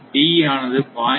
D ஆனது 0